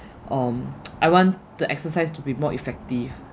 um I want the exercise to be more effective